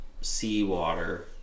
seawater